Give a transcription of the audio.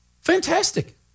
fantastic